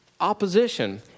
opposition